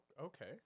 okay